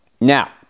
Now